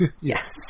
yes